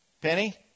Penny